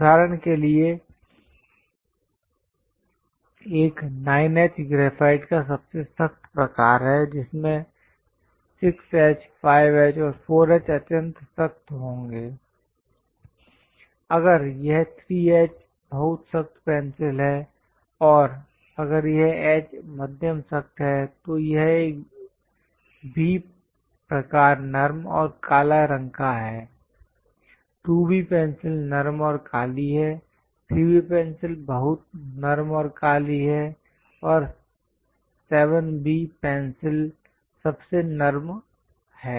उदाहरण के लिए एक 9H ग्रेफाइट का सबसे सख्त प्रकार है जिसमें 6H 5H और 4H अत्यंत सख्त होंगे अगर यह 3H बहुत सख्त पेंसिल है और अगर यह H मध्यम सख्त है तो यह एक B प्रकार नरम और काला रंग का है 2B पेंसिल नरम और काली है 3B पेंसिल बहुत नरम और काली है और 7B पेंसिल सबसे नरम है